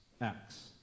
acts